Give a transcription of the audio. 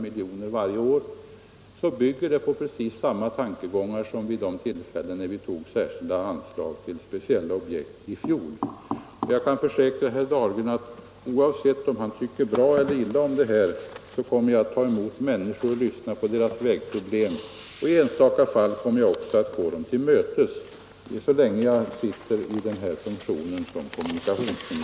Det beslutet bygger på samma tankegångar som besluten om anslagen till speciella objekt i fjol. Jag kan försäkra herr Dahlgren att jag, oavsett om han tycker bra eller illa om det, kommer att fortsätta att ta emot människor och lyssna på deras vägproblem, och i enstaka fall kommer jag också att gå dem till mötes, så länge jag har funktionen som kommunikationsminister.